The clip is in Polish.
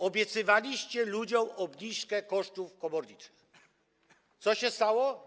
Obiecywaliście ludziom obniżkę kosztów komorniczych, co się stało?